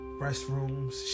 restrooms